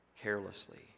carelessly